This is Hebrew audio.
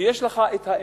ויש לך אינפלציה,